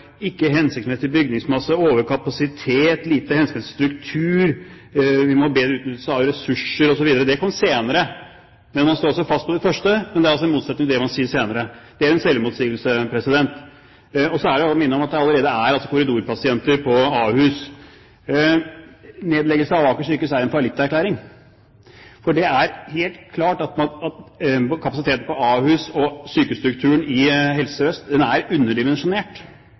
ikke hensiktsmessig bygningsmasse, det var overkapasitet, lite hensiktsmessig struktur, vi må ha bedre utnyttelse av ressurser osv. Det kom senere. Man står fast på det første, men det står altså i motsetning til det man sier senere. Det er en selvmotsigelse. Så er det å minne om at det allerede er korridorpasienter på Ahus. Nedleggelse av Aker sykehus er en fallitterklæring, for det er helt klart at kapasiteten på Ahus og sykehusstrukturen i Helse Sør-Øst er underdimensjonert.